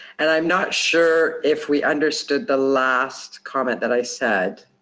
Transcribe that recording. and i'm not sure if we understood the last comment that i said.